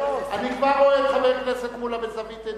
אני כבר רואה את חבר הכנסת מולה מזווית עיני,